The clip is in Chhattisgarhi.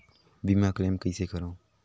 बीमा क्लेम कइसे करों?